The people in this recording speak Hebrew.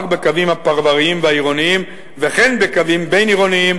רק בקווים הפרבריים והעירוניים וכן בקווים בין-עירוניים